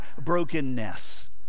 brokenness